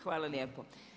Hvala lijepo.